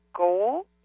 goal